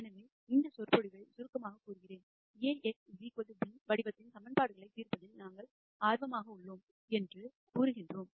எனவே இந்த சொற்பொழிவை சுருக்கமாகக் கூறுகிறேன் A x b வடிவத்தின் சமன்பாடுஈகிவேஷன்களைத் தீர்ப்பதில் நாங்கள் ஆர்வமாக உள்ளோம் என்று கூறினோம்